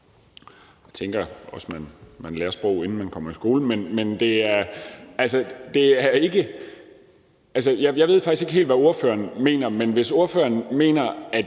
Jeg tænker, at man også lærer sprog, inden man kommer i skole. Jeg ved faktisk ikke helt, hvad ordføreren mener, men hvis ordføreren mener, at